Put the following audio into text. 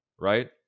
right